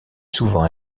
souvent